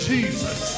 Jesus